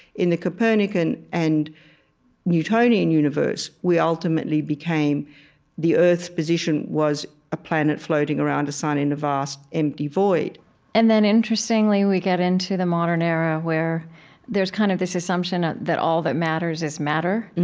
in the copernican and newtonian universe, we ultimately became the earth's position was a planet floating around a sun in a vast empty void and then interestingly, we get into the modern era where there's kind of this assumption that all that matters is matter